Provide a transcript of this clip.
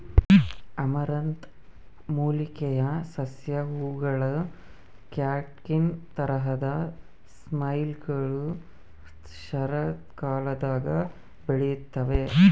amaranth ಮೂಲಿಕೆಯ ಸಸ್ಯ ಹೂವುಗಳ ಕ್ಯಾಟ್ಕಿನ್ ತರಹದ ಸೈಮ್ಗಳು ಶರತ್ಕಾಲದಾಗ ಬೆಳೆಯುತ್ತವೆ